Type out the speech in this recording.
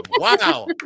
Wow